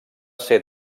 ser